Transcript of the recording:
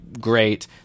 great